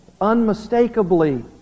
unmistakably